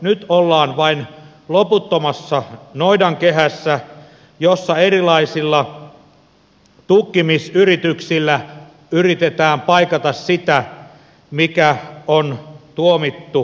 nyt ollaan vain loputtomassa noidankehässä jossa erilaisilla tukkimisyrityksillä yritetään paikata sitä mikä on tuomittu menetettäväksi